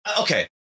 okay